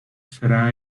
será